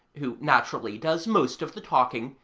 who naturally does most of the talking,